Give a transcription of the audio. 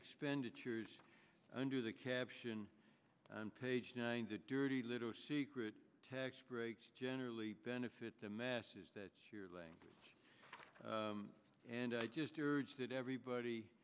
expenditures under the caption on page nine the dirty little secret tax breaks generally benefit the masses that and i just urge that everybody